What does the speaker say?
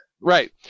Right